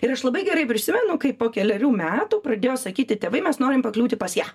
ir aš labai gerai prisimenu kaip po kelerių metų pradėjo sakyti tėvai mes norim pakliūti pas ją